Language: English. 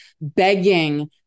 begging